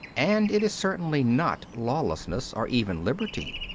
and it is certainly not lawlessness or even liberty,